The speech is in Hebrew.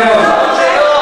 קוראים לזה,